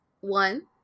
One